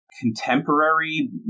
Contemporary